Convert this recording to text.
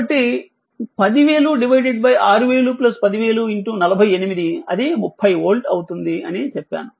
కాబట్టి 10000 6000 10000 48 అది 30 వోల్ట్ అవుతుంది అని చెప్పాను